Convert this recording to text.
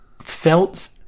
felt